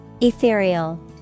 Ethereal